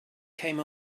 came